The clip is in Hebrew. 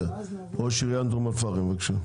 ראש עיריית אום אל-פאחם, בבקשה.